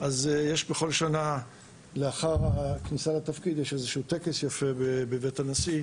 יש בכל שנה לאחר הכניסה לתפקיד יש טקס יפה בבית הנשיא.